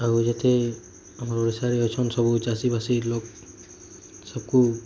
ଆଉ ଯେତେ ଆମର ଓଡ଼ିଶା ରେ ଅଛନ୍ ସବୁ ଚାଷୀ ବାସି ଲୋକ ସବକୁ